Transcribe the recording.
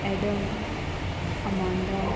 Adam Amanda